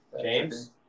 James